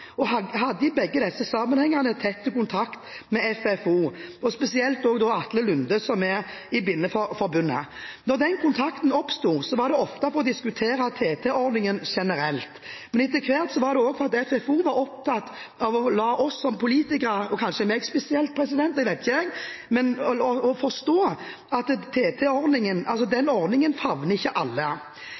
departement og hadde i begge disse sammenhengene tett kontakt med FFO, og spesielt med Atle Lunde, som er i Blindeforbundet. Da den kontakten oppsto, var det ofte for å diskutere TT-ordningen generelt. Men etter hvert var det også fordi FFO var opptatt av å la oss som politikere – og kanskje meg spesielt, jeg vet ikke – forstå at TT-ordningen ikke favner alle. Derfor var jeg veldig glad da vi i de rød-grønne, som jeg da var en del av, fikk på plass den